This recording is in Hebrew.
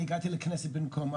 אני הגעתי לכנסת במקום.